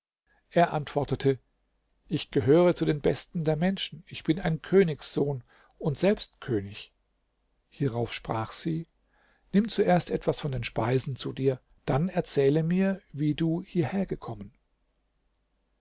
er antwortete ich gehöre zu den besten der menschen ich bin ein königssohn und selbst könig hierauf sprach sie nimm zuerst etwas von den speisen zu dir dann erzähle mir wie du